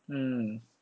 mm